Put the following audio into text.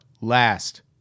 last